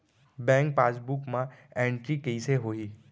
Bank passbook मा entry कइसे होही?